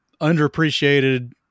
underappreciated